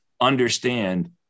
understand